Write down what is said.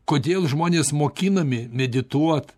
kodėl žmonės mokinami medituot